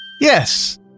Yes